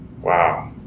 Wow